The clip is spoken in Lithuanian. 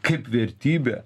kaip vertybė